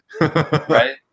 Right